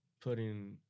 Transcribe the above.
putting